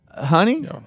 honey